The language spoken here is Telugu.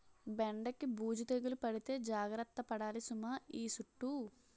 బెండకి బూజు తెగులు పడితే జాగర్త పడాలి సుమా ఈ సుట్టూ